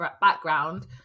background